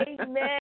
Amen